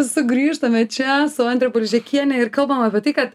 sugrįžtame čia su andre balžekiene ir kalbam apie tai kad